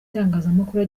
itangazamakuru